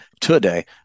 today